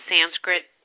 Sanskrit